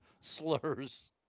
slurs